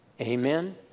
Amen